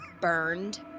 burned